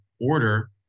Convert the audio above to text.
order